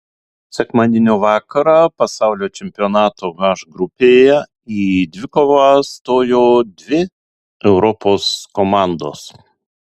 sekmadienio vakarą pasaulio čempionato h grupėje į dvikovą stojo dvi europos komandos